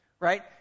Right